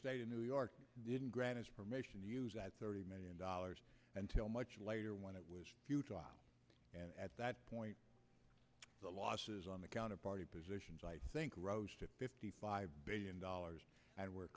state of new york didn't grant permission to use that thirty million dollars until much later when it was futile and at that point the losses on the counterparty positions i think rose to fifty five billion dollars and were